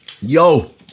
Yo